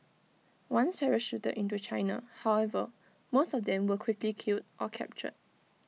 once parachuted into China however most of them were quickly killed or captured